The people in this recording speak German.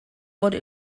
wurde